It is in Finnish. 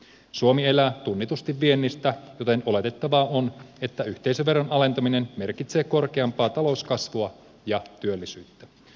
suomi elää tunnetusti viennistä joten oletettavaa on että yhteisöveron alentaminen merkitsee korkeampaa talouskasvua ja työllisyyttä